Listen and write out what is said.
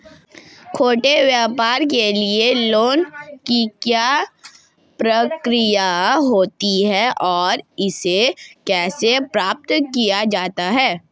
छोटे व्यापार के लिए लोंन की क्या प्रक्रिया होती है और इसे कैसे प्राप्त किया जाता है?